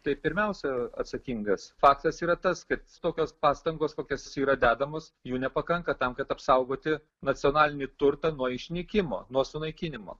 tai pirmiausia atsakingas faktas yra tas kad tokios pastangos kokias yra dedamos jų nepakanka tam kad apsaugoti nacionalinį turtą nuo išnykimo nuo sunaikinimo